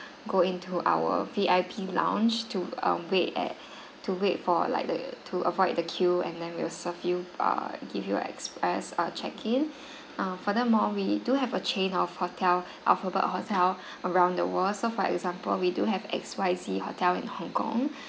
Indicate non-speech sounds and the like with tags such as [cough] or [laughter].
go into our V_I_P lounge to um wait at to wait for like the to avoid the queue and then we'll serve you err give you express err check in [breath] uh furthermore we do have a chain of hotel alphabet hotel around the world so for example we do have X Y Z hotel in hong kong